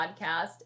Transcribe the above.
podcast